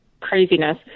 craziness